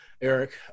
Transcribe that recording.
Eric